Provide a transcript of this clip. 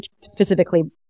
specifically